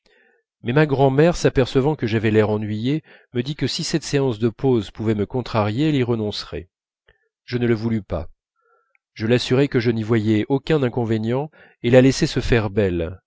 mais ma grand'mère s'apercevant que j'avais l'air ennuyé me dit que si cette séance de pose pouvait me contrarier elle y renoncerait je ne le voulus pas je l'assurai que je n'y voyais aucun inconvénient et la laissai se faire belle